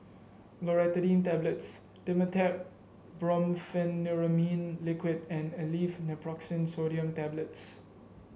Loratadine Tablets Dimetapp Brompheniramine Liquid and Aleve Naproxen Sodium Tablets